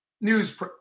news